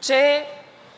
че